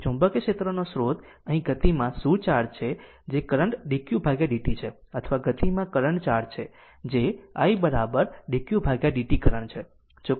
તેથી ચુંબકીય ક્ષેત્રનો સ્ત્રોત અહીં ગતિ માં શું ચાર્જ છે જે કરંટ dq ભાગ્યા dt છે અથવા ગતિમાં કરંટ ચાર્જ છે જે i dq ભાગ્યા dt કરંટ છે